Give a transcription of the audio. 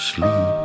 Sleep